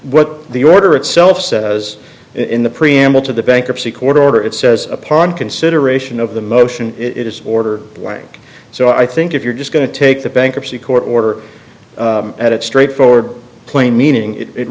what the order itself says in the preamble to the bankruptcy court order it says upon consideration of the motion it is order blank so i think if you're just going to take the bankruptcy court order at it's straightforward plain meaning it